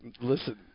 Listen